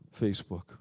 Facebook